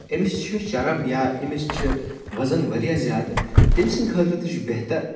أمس چھُ چرٕب یا أمس چھُ وَزَن واریاہ زیادٕ تٔمۍ سٕنٛدۍ خٲطرٕ تہِ چھُ بہتر